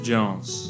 Jones